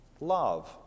love